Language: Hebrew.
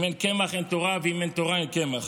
אם אין קמח, אין תורה, אם אין תורה, אין קמח.